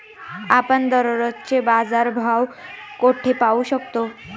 आपण दररोजचे बाजारभाव कोठे पाहू शकतो?